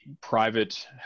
private